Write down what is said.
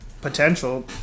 potential